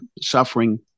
suffering